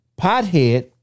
pothead